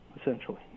essentially